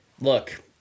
look